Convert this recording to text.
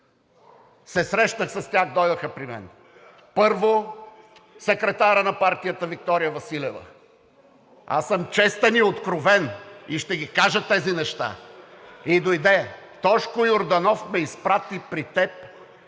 срещнах се с тях, дойдоха при мен – първо, секретарят на партията Виктория Василева. Аз съм честен и откровен и ще ги кажа тези неща: „Тошко Йорданов ме изпрати при теб